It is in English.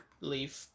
Leave